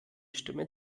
stimme